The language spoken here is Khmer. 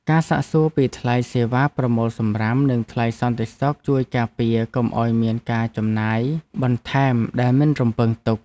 ការសាកសួរពីថ្លៃសេវាប្រមូលសំរាម និងថ្លៃសន្តិសុខជួយការពារកុំឱ្យមានការចំណាយបន្ថែមដែលមិនរំពឹងទុក។